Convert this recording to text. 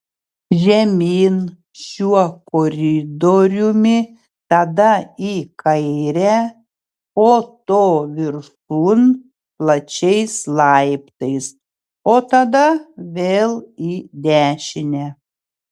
žemyn šiuo koridoriumi tada į kairę po to viršun plačiais laiptais o tada vėl į dešinę